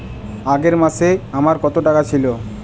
আগের মাসে আমার কত টাকা ছিল?